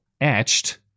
etched